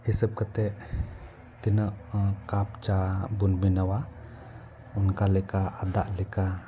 ᱦᱤᱥᱟᱹᱵ ᱠᱟᱛᱮ ᱛᱤᱱᱟᱹᱜ ᱠᱟᱯ ᱪᱟ ᱵᱚᱱ ᱵᱮᱱᱟᱣᱟ ᱚᱱᱠᱟ ᱞᱮᱠᱟ ᱟᱫᱟᱜ ᱞᱮᱠᱟ